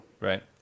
right